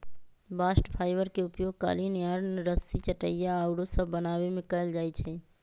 bast fibre के उपयोग कालीन, यार्न, रस्सी, चटाइया आउरो सभ बनाबे में कएल जाइ छइ